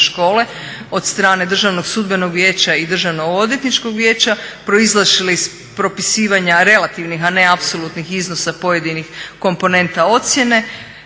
škole od strane Državnog sudbenog vijeća i Državno odvjetničkog vijeća proizašle iz propisivanja relativnih a ne apsolutnih iznosa pojedinih komponenta ocjene